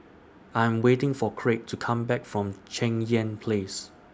I Am waiting For Kraig to Come Back from Cheng Yan Place